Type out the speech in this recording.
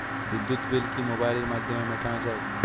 বিদ্যুৎ বিল কি মোবাইলের মাধ্যমে মেটানো য়ায়?